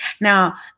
Now